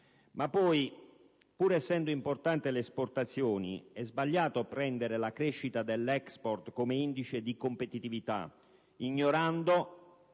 che, pur essendo importante l'esportazione, è sbagliato prendere la crescita dell'*export* come indice di competitività ignorando